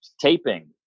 taping